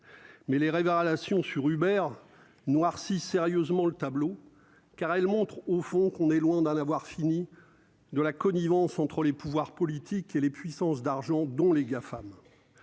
mais les rêves relation sur Hubert noirci sérieusement le tableau car elle montre au fond qu'on est loin d'en avoir fini de la connivence entre les pouvoirs politique et les puissances d'argent dont les Gafam